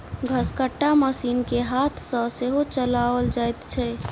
घसकट्टा मशीन के हाथ सॅ सेहो चलाओल जाइत छै